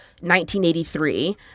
1983